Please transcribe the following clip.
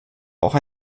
auch